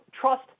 trust